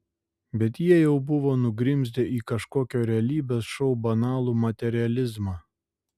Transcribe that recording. bet jie jau buvo nugrimzdę į kažkokio realybės šou banalų materializmą